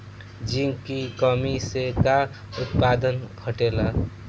Zinc की कमी से का उत्पादन घटेला?